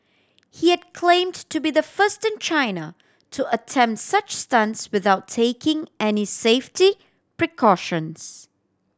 he had claim to to be the first in China to attempt such stunts without taking any safety precautions